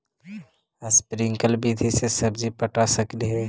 Sprinkle विधि से सब्जी पटा सकली हे?